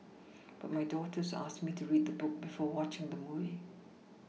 but my daughters asked me to read the book before watching the movie